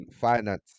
finance